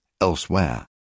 elsewhere